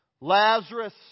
lazarus